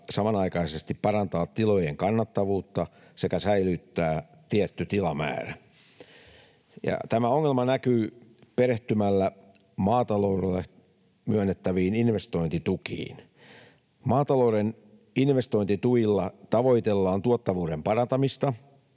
samanaikaisesti parantaa tilojen kannattavuutta sekä säilyttää tietty tilamäärä. Tämän ongelman näkee perehtymällä maataloudelle myönnettäviin investointitukiin. Maatalouden investointituilla tavoitellaan tuottavuuden parantamista.